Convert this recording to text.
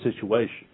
situation